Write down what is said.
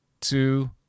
two